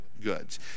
goods